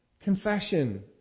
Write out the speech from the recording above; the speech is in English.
Confession